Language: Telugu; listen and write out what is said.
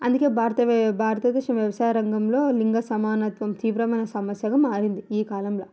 అందుకే భారత భారతదేశ వ్యవసాయ రంగంలో లింగ సమానత్వం తీవ్రమైన సమస్యగా మారింది ఈ కాలంలో